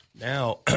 Now